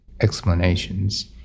explanations